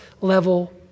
level